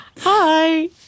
Hi